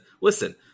listen